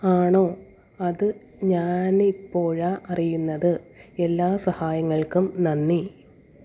ആണോ അത് ഞാനിപ്പോഴാണ് അറിയുന്നത് എല്ലാ സഹായങ്ങൾക്കും നന്ദി